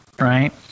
Right